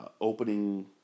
Opening